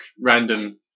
random